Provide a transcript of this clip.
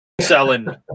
selling